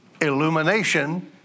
illumination